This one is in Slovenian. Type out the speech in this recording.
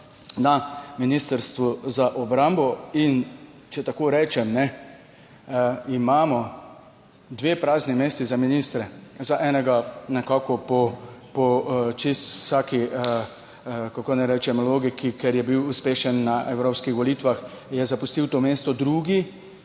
Na Ministrstvu za obrambo, če tako rečem, imamo dve prazni mesti za ministre. Za enega nekako po čisto vsaki, kako naj rečem, logiki, ker je bil uspešen na evropskih volitvah, je zapustil to mesto. Drugi